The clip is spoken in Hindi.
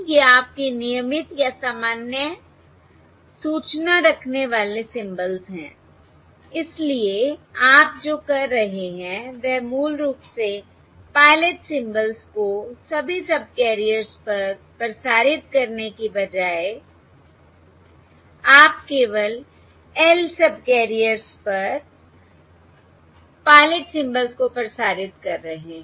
ये आपके नियमित या सामान्य सूचना रखने वाले सिंबल्स हैं इसलिए आप जो कर रहे हैं वह मूल रूप से पायलट सिंबल्स को सभी सबकैरियर्स पर प्रसारित करने के बजाय आप केवल L सबकैरियर्स पर पायलट सिंबल्स को प्रसारित कर रहे हैं